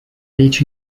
речь